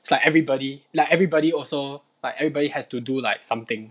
it's like everybody like everybody also like everybody has to do like something